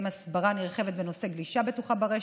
הסברה נרחבת בנושא גלישה בטוחה ברשת,